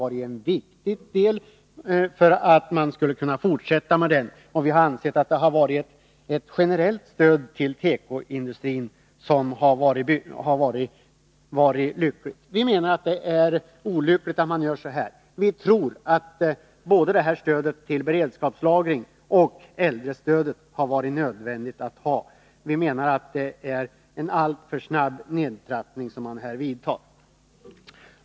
Vi tyckte att det var en viktig förutsättning för den fortsatta beredskapslagringen och utgjorde ett generellt stöd till tekoindustrin, något som var bra. Därför är det olyckligt att man nu gör så här. Både stödet till beredskapslagring och äldrestödet hade enligt vår mening varit nödvändiga. Vi tycker att det är en alltför snabb nedtrappning som nu föreslås.